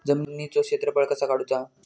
जमिनीचो क्षेत्रफळ कसा काढुचा?